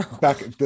back